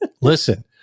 Listen